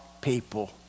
people